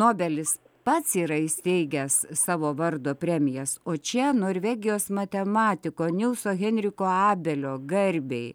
nobelis pats yra įsteigęs savo vardo premijas o čia norvegijos matematiko nilso henriko abelio garbei